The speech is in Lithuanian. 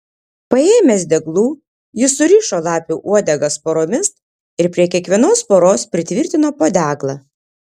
paėmęs deglų jis surišo lapių uodegas poromis ir prie kiekvienos poros pritvirtino po deglą